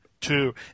two